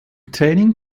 training